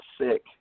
sick